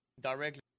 directly